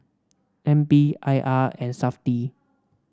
N P I R and Safti